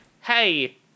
hey